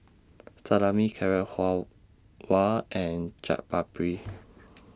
Salami Carrot Halwa and Chaat Papri